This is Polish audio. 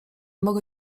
mogę